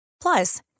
Plus